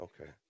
okay